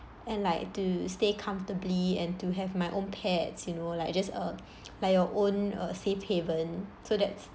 and like to stay comfortably and to have my own pets you know like just a like your own uh safe heaven so that's